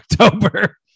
October